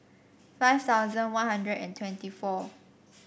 five thousand One Hundred and twenty four